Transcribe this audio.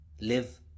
live